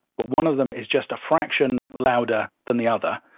but one of them is just a fraction louder than the other,